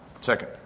Second